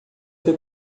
foi